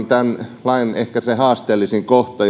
tämän lain haasteellisin kohta